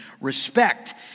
respect